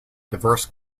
diverse